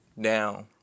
down